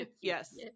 Yes